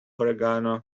oregano